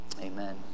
Amen